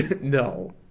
No